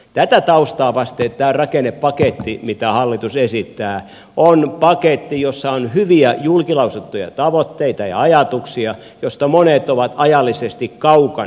tätä taustaa vasten tämä rakennepaketti mitä hallitus esittää on paketti jossa on hyviä julkilausuttuja tavoitteita ja ajatuksia joista monet ovat ajallisesti kaukana